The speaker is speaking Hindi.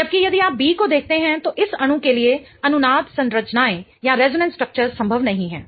जबकि यदि आप B को देखते हैं तो इस अणु के लिए अनुनाद संरचनाएं संभव नहीं हैं